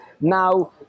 Now